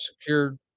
secured